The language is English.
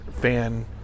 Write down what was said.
fan